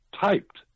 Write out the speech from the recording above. typed